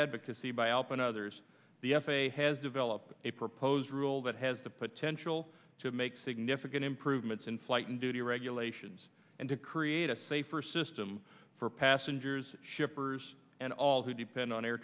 advocacy by op and others the f a a has developed a proposed rule that has the potential to make significant improvements in flight and duty regulations and to create a safer system for passengers shippers and all who depend on air